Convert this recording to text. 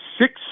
six